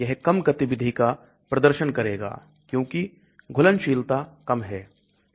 यह कम गतिविधि का प्रदर्शन करेगा क्योंकि घुलनशीलता कम है